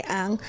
ang